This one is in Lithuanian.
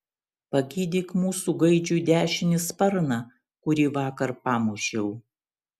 pagydyk mūsų gaidžiui dešinį sparną kurį vakar pamušiau